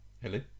Hello